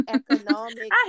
economic